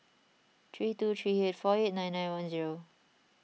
three two three eight four eight nine nine one zero